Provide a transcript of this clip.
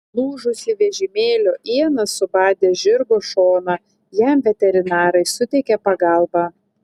lūžusi vežimėlio iena subadė žirgo šoną jam veterinarai suteikė pagalbą